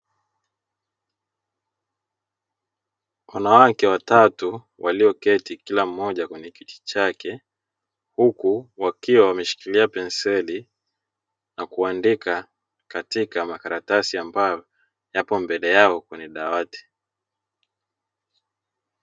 Wanawake watatu walioketi kila moja kwenye kiti chake huku wakiwa wameshikilia penseli na kuandika katika makaratasi ambayo yako mbele yao kwenye dawati.